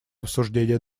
обсуждения